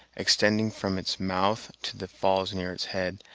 extending from its mouth to the falls near its head,